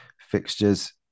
fixtures